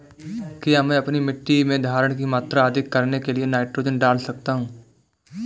क्या मैं अपनी मिट्टी में धारण की मात्रा अधिक करने के लिए नाइट्रोजन डाल सकता हूँ?